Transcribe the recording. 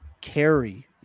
carry –